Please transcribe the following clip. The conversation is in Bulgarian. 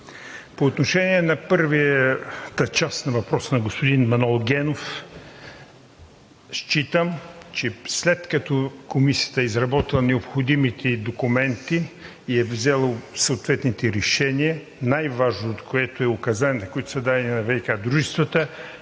По отношение на първата част на въпроса на господин Манол Генов считам, че след като Комисията е изработила необходимите документи и е взела съответните решения, най-важни от които са указанията, които са дадени на ВиК дружествата,